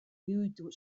iruditu